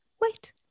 Wait